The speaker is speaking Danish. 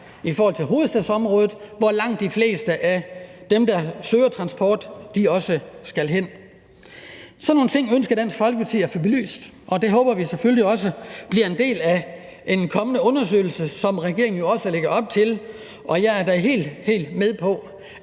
i forhold til hovedstadsområdet, hvor langt de fleste af dem, der søger transport, også skal hen? Kl. 13:03 Sådan nogle ting ønsker Dansk Folkeparti at få belyst, og det håber vi selvfølgelig også bliver en del af en kommende undersøgelse, hvad regeringen jo også lægger op til. Og jeg er da helt, helt med på,